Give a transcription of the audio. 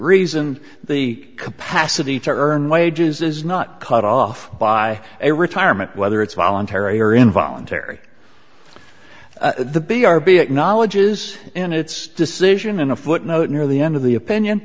reason the capacity to earn wages is not cut off by a retirement whether it's voluntary or involuntary the big rb acknowledges in its decision in a footnote near the end of the opinion